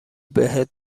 بهت